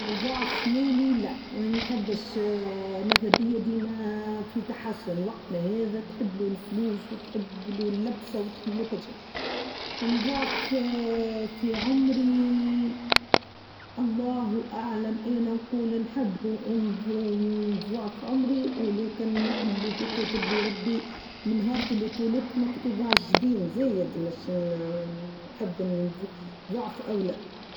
نظعف مالي لا ما نحبش ما ذابيا ديما في تحسن الوقت لهاذا تحبو لفلوس و تحبو للبسه و تحبو لكل شئ نظاعف في عمري الله أعلم أنا نقول نحب نظاعف عمري ولاكن إلي كاتبلي ربي لنهار إتولدت مكتوب على الچبين زايد مش نحب نظاعف أول لا.